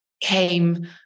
came